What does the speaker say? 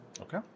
Okay